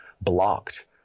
blocked